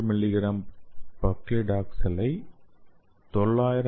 கி பக்லிடாக்சலை 900 மி